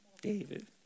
David